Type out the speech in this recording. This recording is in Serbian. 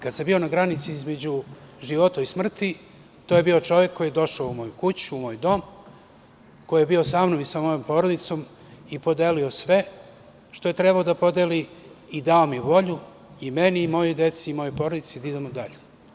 Kad sam bio na granici između života i smrti to je bio čovek koji je došao u moju kuću u moj dom, koji je bio sa mnom i sa mojom porodicom i podelio sve što je trebao da podeli i dao mi volju i meni i mojoj deci i mojoj porodici da idemo dalje.